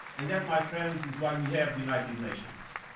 and that, my friends, is why we have the united nations.